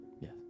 Yes